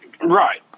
Right